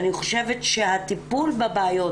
אני חושבת שהטיפול בבעיות,